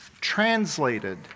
translated